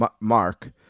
mark